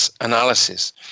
analysis